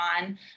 on